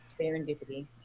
serendipity